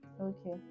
okay